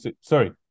Sorry